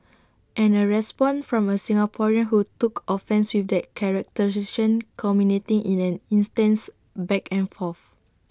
and A response from A Singaporean who took offence with that characterisation culminating in an intense back and forth